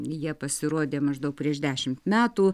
jie pasirodė maždaug prieš dešimt metų